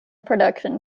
production